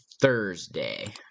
thursday